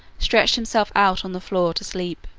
stretched himself out on the floor to sleep.